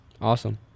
Awesome